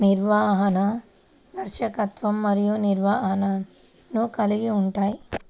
నిర్వహణ, దర్శకత్వం మరియు నిర్వహణను కలిగి ఉంటాయి